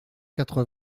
quatre